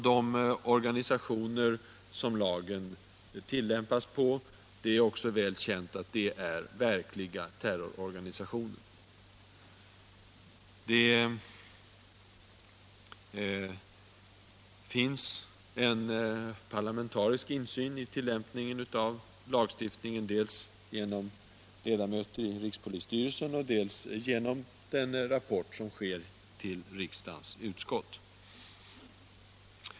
De organisationer som lagen tillämpas på är — det är väl känt — verkliga terrororganisationer. Det finns en parlamentarisk insyn i lagstiftningens tillämpning, dels genom ledamöter i rikspolisstyrelsen, dels genom den rapportering som sker till riksdagen.